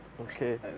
Okay